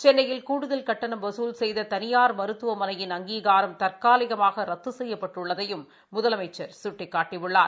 சென்னையில் கூடுதல் கட்டணம் வசூல் செய்த தனியார் மருத்துவமனையின் அங்கீகாரம் தற்காலிகமாக ரத்து செய்யப்பட்டுள்ளதையும் முதலமைச்சர் சுட்டிக்காட்டியுள்ளார்